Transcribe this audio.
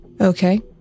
Okay